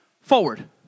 forward